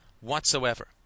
whatsoever